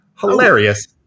hilarious